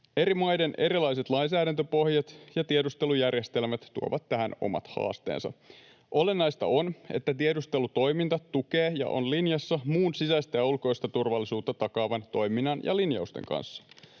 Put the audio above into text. Eri maiden erilaiset lainsäädäntöpohjat ja tiedustelujärjestelmät tuovat tähän omat haasteensa. Olennaista on, että tiedustelutoiminta tukee ja on linjassa muun sisäistä ja ulkoista turvallisuutta takaavan toiminnan ja linjausten kanssa.